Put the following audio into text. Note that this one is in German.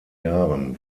jahren